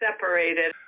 separated